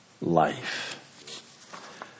life